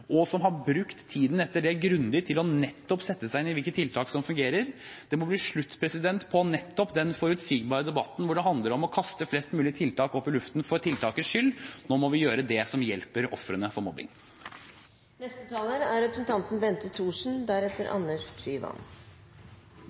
og som har brukt tiden etter det grundig til nettopp å sette seg inn i hvilke tiltak som fungerer. Det må bli slutt på den forutsigbare debatten hvor det handler om å kaste flest mulig tiltak opp i luften for tiltakets skyld. Nå må vi gjøre det som hjelper ofrene for mobbing. Regjeringens arbeid med tiltak mot mobbing er